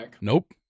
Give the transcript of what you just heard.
Nope